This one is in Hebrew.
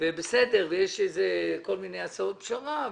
ובסדר ויש כל מיני הצעות פשרה,